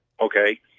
Okay